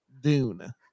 Dune